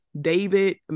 David